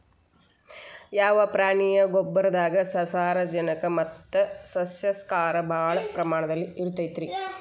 ಯಾವ ಪ್ರಾಣಿಯ ಗೊಬ್ಬರದಾಗ ಸಾರಜನಕ ಮತ್ತ ಸಸ್ಯಕ್ಷಾರ ಭಾಳ ಪ್ರಮಾಣದಲ್ಲಿ ಇರುತೈತರೇ?